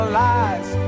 lies